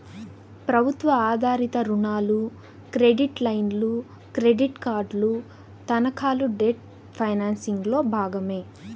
ప్రభుత్వ ఆధారిత రుణాలు, క్రెడిట్ లైన్లు, క్రెడిట్ కార్డులు, తనఖాలు డెట్ ఫైనాన్సింగ్లో భాగమే